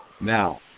Now